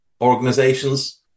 Organizations